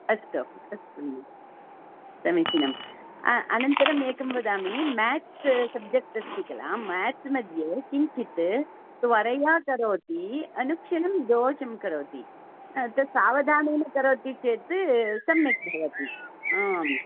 अस्तु अस्तु हा समीचीनम् अनन्तरम् एकं वदामि मेत्स् सब्जेक्ट् अस्ति किल मेत्स् मध्ये किञ्चित् त्वरया करोति अनुक्षणं दोषं करोति तत् सावधानेन करोति चेत् सम्यक् भवति आम्